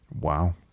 wow